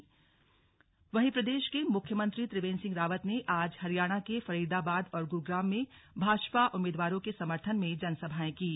slug मुख्यमंत्री जनसभा वहीं प्रदेश के मुख्यमंत्री त्रिवेन्द्र सिंह रावत ने आज हरियाणा के फरीदाबाद और गुरूग्राम में भाजपा उम्मीवारों के समर्थन में जनसभाएं कीं